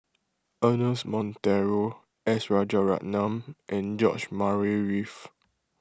Ernest Monteiro S Rajaratnam and George Murray Reith